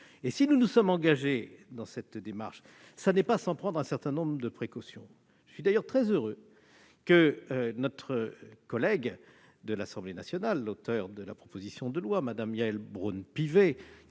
Et nous ne nous sommes pas engagés dans cette délicate démarche sans prendre un certain nombre de précautions. Je suis d'ailleurs très heureux que notre collègue de l'Assemblée nationale, auteur de la proposition de loi, Mme Yaël Braun-Pivet-